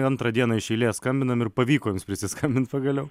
antrą dieną iš eilės skambinam ir pavyko prisiskambint pagaliau